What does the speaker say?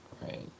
Right